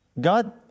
God